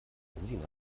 sina